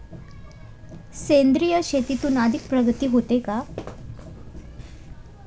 सेंद्रिय शेतीतून आर्थिक प्रगती होते का?